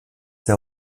der